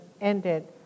ended